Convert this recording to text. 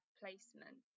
placement